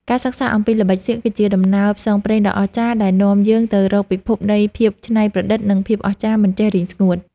ការសិក្សាអំពីល្បិចសៀកគឺជាដំណើរផ្សងព្រេងដ៏អស្ចារ្យដែលនាំយើងទៅរកពិភពនៃភាពច្នៃប្រឌិត និង ភាពអស្ចារ្យមិនចេះរីងស្ងួត។